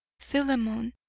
philemon,